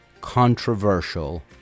controversial